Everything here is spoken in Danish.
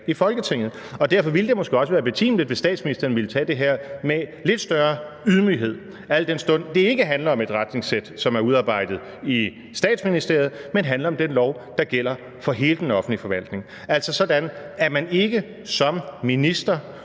i Folketinget. Derfor ville det måske også være betimeligt, hvis statsministeren ville tage det her med lidt større ydmyghed, al den stund det ikke handler om et sæt retningslinjer, som er udarbejdet i Statsministeriet, men handler om den lov, der gælder for hele den offentlige forvaltning, altså sådan, at man ikke som minister